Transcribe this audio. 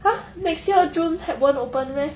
!huh! next year june haven't open meh